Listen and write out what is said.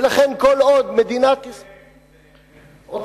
ולכן, כל עוד מדינת ישראל, מי זה "הם"?